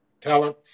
talent